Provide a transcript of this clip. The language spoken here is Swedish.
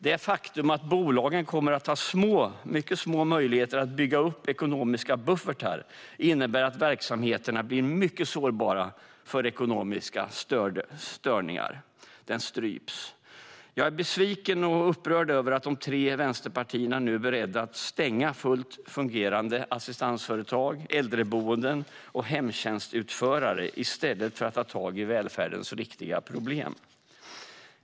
Det faktum att bolagen kommer att ha mycket små möjligheter att bygga upp ekonomiska buffertar innebär att verksamheterna blir mycket sårbara för ekonomiska störningar. De stryps. Jag är besviken och upprörd över att de tre vänsterpartierna nu är beredda att stänga fullt fungerande assistansföretag, äldreboenden och hemtjänstutförare i stället för att ta tag i välfärdens riktiga problem.